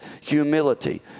humility